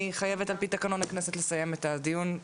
אני חייבת על פי תקנון הכנסת לסיים את הדיון.